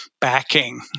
backing